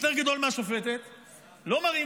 על חוות דעת ביטחוניות, שמי הגיש לה?